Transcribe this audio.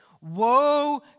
woe